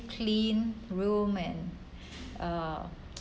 clean room and uh